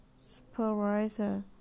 supervisor